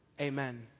Amen